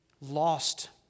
lost